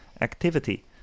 activity